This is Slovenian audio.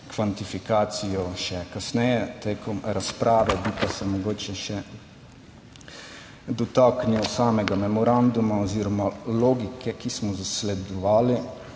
kvantifikacijo še kasneje tekom razprave. Bi pa se mogoče še dotaknil samega memoranduma oziroma logike, ki smo jo zasledovali,